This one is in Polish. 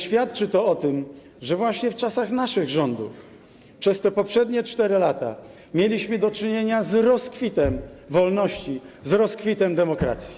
Świadczy to o tym, że właśnie w czasach naszych rządów, przez poprzednie 4 lata mieliśmy do czynienia z rozkwitem wolności, z rozkwitem demokracji.